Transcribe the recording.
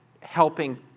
helping